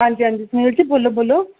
आं जी आं जी सुनील जी बोल्लो बोल्लो